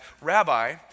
Rabbi